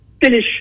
finish